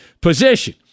position